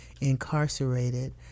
incarcerated